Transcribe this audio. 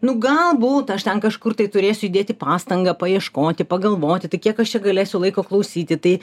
nu galbūt aš ten kažkur tai turėsiu įdėti pastangą paieškoti pagalvoti tai kiek aš čia galėsiu laiko klausyti tai